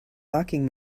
blocking